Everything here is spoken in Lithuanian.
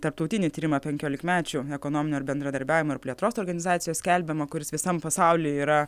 tarptautinį tyrimą penkiolikmečių ekonominio ir bendradarbiavimo ir plėtros organizacijos skelbiamą kuris visam pasaulyje yra